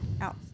out